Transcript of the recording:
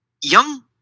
young